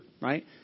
right